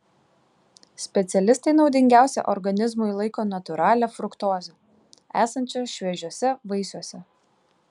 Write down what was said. specialistai naudingiausia organizmui laiko natūralią fruktozę esančią šviežiuose vaisiuose